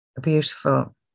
beautiful